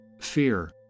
fear